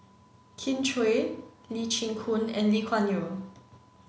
Kin Chui Lee Chin Koon and Lee Kuan Yew